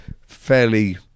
fairly